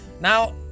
Now